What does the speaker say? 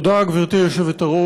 תודה, גברתי היושבת-ראש.